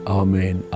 amen